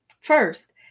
First